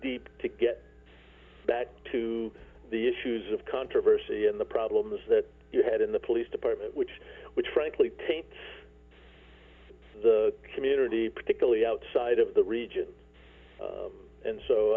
deep to get back to the issues of controversy in the problems that you had in the police department which which frankly taints the community particularly outside of the region and